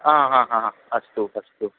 अस्तु अस्तु